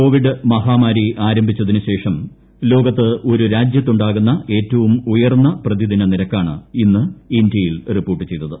Covid മഹാമാരി ആരംഭിച്ചതിനുശേഷം ലോകത്ത് ഒരു രാജ്യത്തുണ്ടാകുന്ന ഏറ്റവും ഉയർന്ന പ്രതിദിന നിരക്കാണ് ഇന്ന് ഇന്ത്യയിൽ റിപ്പോർട്ട് ചെയ്തത്